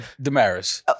Damaris